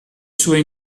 sue